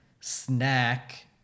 snack